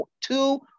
two